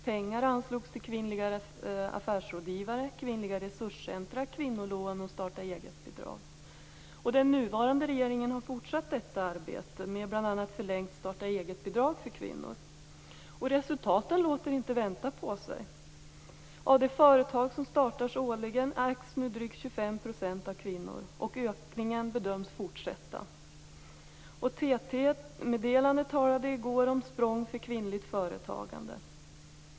Pengar anslogs till kvinnliga affärsrådgivare, kvinnliga resurscentrum, kvinnolån och starta-egetbidrag. Den nuvarande regeringen har fortsatt detta arbete med bl.a. förlängt starta-eget-bidrag för kvinnor. Resultaten låter inte vänta på sig. Av de företag som startas årligen ägs nu drygt 25 % av kvinnor. Det är en ökning, och ökningen bedöms fortsätta. I ett TT meddelande i går talas det om språng för kvinnligt företagande.